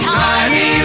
tiny